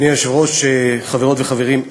אדוני היושב-ראש, חברות וחברים,